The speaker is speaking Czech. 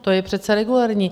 To je přece regulérní.